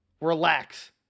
relax